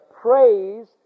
praise